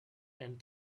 and